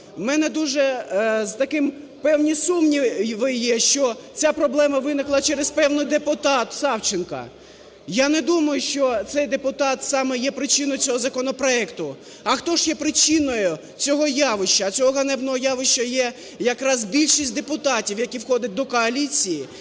В мене дуже такі певні сумніви є, що ця проблема вникла через певного депутата – Савченко. Я не думаю, що цей депутат саме є причиною цього законопроекту. А хто ж є причиною цього явища? Цього ганебного явища є якраз більшість депутатів, які входять до коаліції,